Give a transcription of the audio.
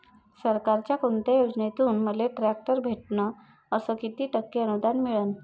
सरकारच्या कोनत्या योजनेतून मले ट्रॅक्टर भेटन अस किती टक्के अनुदान मिळन?